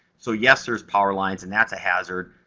so, yes, there's power lines, and that's a hazard,